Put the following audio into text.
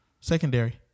Secondary